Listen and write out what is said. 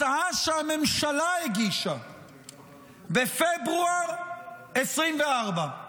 הצעה שהממשלה הגישה בפברואר 2024,